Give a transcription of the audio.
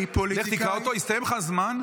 היא פוליטיקאית --- הסתיים לך הזמן.